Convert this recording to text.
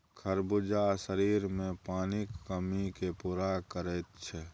खरबूजा शरीरमे पानिक कमीकेँ पूरा करैत छै